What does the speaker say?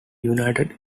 united